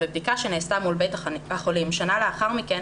בבדיקה שנעשתה מול בית החולים שנה לאחר מכן,